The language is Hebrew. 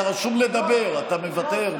אתה רשום לדבר, אתה מוותר?